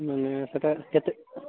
ମାନେ ସେଇଟା କେତେ